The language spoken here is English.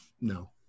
No